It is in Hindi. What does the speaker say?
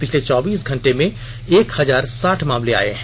पिछले चौबीस घंटे में एक हजार साठ मामले आए हैं